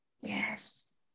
Yes